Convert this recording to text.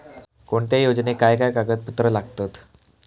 कोणत्याही योजनेक काय काय कागदपत्र लागतत?